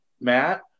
Matt